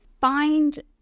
find